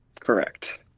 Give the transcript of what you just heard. correct